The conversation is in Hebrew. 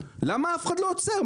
למה אף אחד לא עוצר?